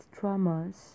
traumas